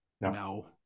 No